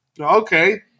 okay